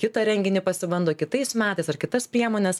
kitą renginį pasibando kitais metais ar kitas priemones